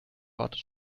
wartet